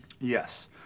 Yes